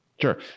sure